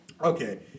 Okay